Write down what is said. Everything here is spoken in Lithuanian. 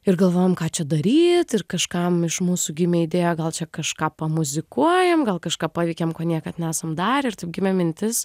ir galvojom ką čia daryt ir kažkam iš mūsų gimė idėja gal čia kažką pamuzikuojam gal kažką paveikiam ko niekad nesam darę ir taip gimė mintis